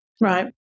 Right